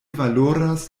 valoras